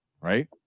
right